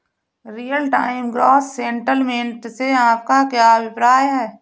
Real time gross settlement से आपका क्या अभिप्राय है?